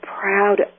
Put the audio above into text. proud